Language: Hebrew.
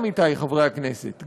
עמיתי חברי הכנסת,